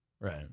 right